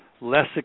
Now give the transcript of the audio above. less